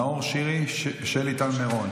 נאור שירי ושלי טל מירון,